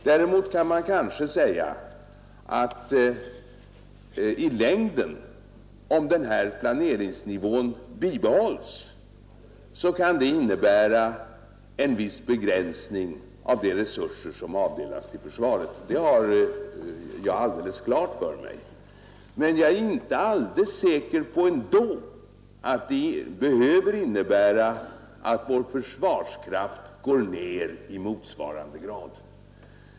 Däremot kan man kanske säga att ett bibehållande av denna planeringsnivå i längden kan innebära en viss begränsning av de resurser som avdelas till försvaret. Jag är fullt på det klara med detta. Men jag är ändå inte alldeles säker på att det behöver innebära att vår försvarskraft går ned i motsvarande grad.